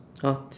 orh